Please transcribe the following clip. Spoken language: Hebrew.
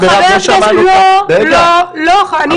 חברי הכנסת, לא לא, אני עושה סדר.